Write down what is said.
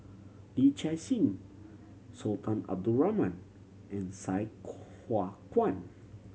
Yee Chia Hsing Sultan Abdul Rahman and Sai Hua Kuan